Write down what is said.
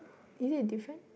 is it different